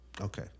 Okay